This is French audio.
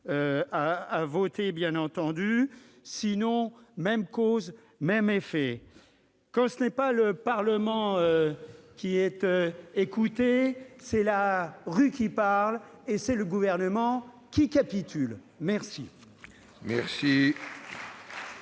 inviterai à adopter. Sinon, mêmes causes, mêmes effets ! Quand ce n'est pas le Parlement qui est écouté, c'est la rue qui parle, et c'est le Gouvernement qui capitule !